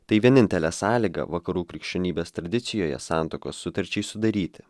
tai vienintelė sąlyga vakarų krikščionybės tradicijoje santuokos sutarčiai sudaryti